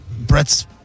Brett's